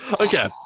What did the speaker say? Okay